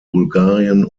bulgarien